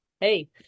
hey